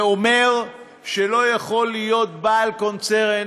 זה אומר שלא יכול להיות בעל קונצרן